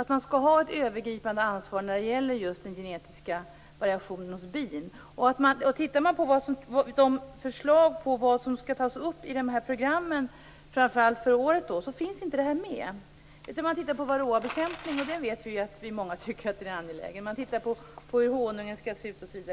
att man skall ha ett övergripande ansvar när det gäller just den genetiska variationen hos bin. Om man tittar på de förslag till vad som skall tas upp i dessa program, framför allt i år, finns inte detta med. Man tittar på varroabekämpningen, vilket vi vet att många anser är angelägen. Man tittar också på hur honungen skall se ut, osv.